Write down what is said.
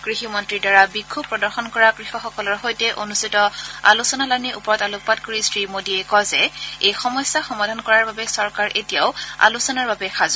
কৃষি মন্ত্ৰীৰ দ্বাৰা বিক্ষোভ প্ৰদৰ্শন কৰা কৃষকসকলৰ সৈতে অনুষ্ঠিত আলোচনালানিৰ ওপৰত আলোকপাত কৰি শ্ৰীমোদীয়ে কয় যে এই সমস্যা সমাধান কৰাৰ বাবে চৰকাৰ এতিয়াও আলোচনাৰ বাবে সাজ